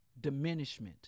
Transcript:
diminishment